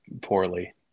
poorly